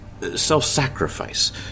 self-sacrifice